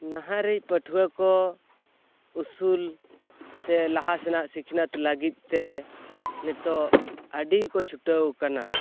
ᱱᱟᱦᱟᱜ ᱨᱮ ᱯᱟᱹᱴᱷᱣᱟᱹᱠᱚ ᱩᱥᱩᱞ ᱥᱮ ᱞᱟᱦᱟ ᱥᱮᱱᱟᱜ ᱥᱤᱠᱷᱱᱟᱹᱛ ᱞᱟᱹᱜᱤᱫᱛᱮ ᱱᱤᱛᱚᱜ ᱟ ᱰᱤ ᱠᱚ ᱪᱷᱩᱴᱟᱹᱣ ᱠᱟᱱᱟ